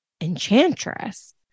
Enchantress